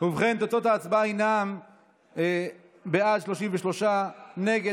ההצעה להעביר לוועדה את הצעת חוק איסור חקירה